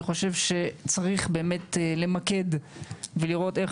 אני חושב שצריך באמת למקד ולראות איך